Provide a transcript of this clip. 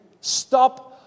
stop